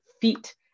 feet